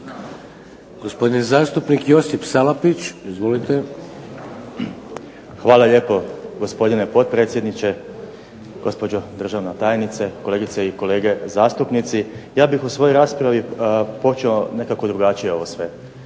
Hvala lijepo gospodine potpredsjedniče, gospođo državna tajnice, kolegice i kolege zastupnici. Ja bih u svojoj raspravi počeo nekako drugačije ovo sve.